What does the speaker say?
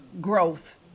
growth